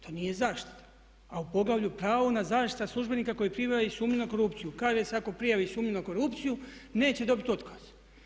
To nije zaštita, a u poglavlju pravo na zaštitu službenika koji prijave sumnjivu na korupciju, kaže se ako prijavi sumnju na korupciju neće dobiti otkaz.